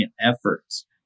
efforts